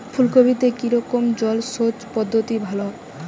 ফুলকপিতে কি রকমের জলসেচ পদ্ধতি ভালো হয়?